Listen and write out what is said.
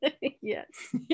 Yes